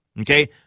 okay